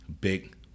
big